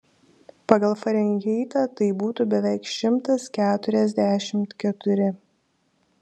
pagal farenheitą tai būtų beveik šimtas keturiasdešimt keturi